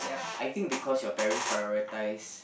I think because your parents prioritise